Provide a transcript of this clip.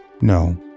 no